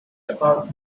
about